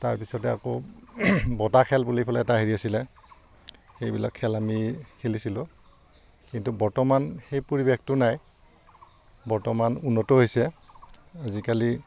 তাৰপিছতে আকৌ বটাহ খেল বুলি পেলে এটা হেৰি আছিলে সেইবিলাক খেল আমি খেলিছিলোঁ কিন্তু বৰ্তমান সেই পৰিৱেশটো নাই বৰ্তমান উন্নত হৈছে আজিকালি